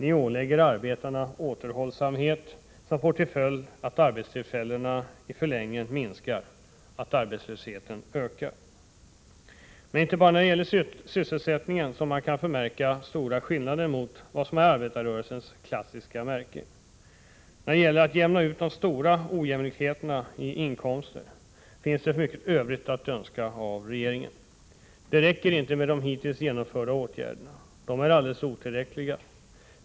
Ni ålägger arbetarna en återhållsamhet som får till följd att arbetstillfällena i förlängningen minskar, att arbetslösheten ökar. Men det är inte bara när det gäller sysselsättningen som man kan förmärka stora skillnader mot vad som är arbetarrörelsens klassiska märke. När det gäller att jämna ut de stora ojämlikheterna i inkomster finns det mycket Övrigt att önska av regeringen. Det är inte nog med de hittills genomförda åtgärderna. De är alldeles otillräckliga.